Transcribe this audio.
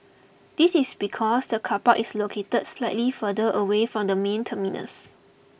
this is because the car park is located slightly further away from the main terminals